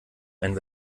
einen